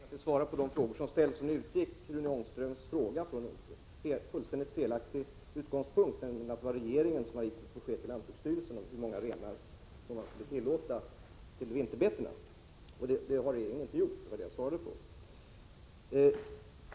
Herr talman! Vi har som regel att svara på de frågor som ställs, och nu utgick Rune Ångströms fråga från en fullständigt felaktig utgångspunkt, nämligen att det var regeringen som givit besked till lantbruksstyrelsen om hur många renar man skulle tillåta på vinterbetena. Det har regeringen inte gjort, och det var det jag svarade på.